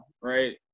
right